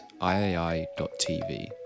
iai.tv